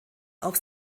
auf